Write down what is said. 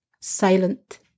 silent